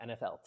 NFL